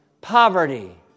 poverty